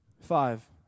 Five